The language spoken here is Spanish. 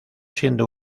siendo